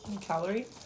Calorie